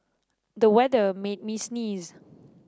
the weather made me sneeze